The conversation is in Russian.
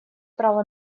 право